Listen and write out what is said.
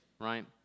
right